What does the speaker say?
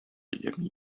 ziemi